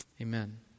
amen